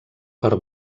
per